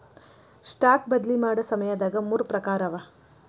stock ಬದ್ಲಿ ಮಾಡೊ ಸಮಯದಾಗ ಮೂರ್ ಪ್ರಕಾರವ